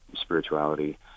spirituality